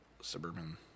Suburban